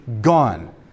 gone